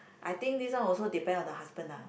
I think this one also depend on the husband ah